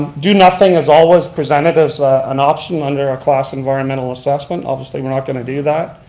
do nothing is always presented as an option under our class environmental assessment, obviously we're not going to do that.